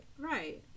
Right